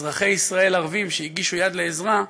אזרחי ישראל ערבים, שהגישו יד לעזרה,